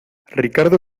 ricardo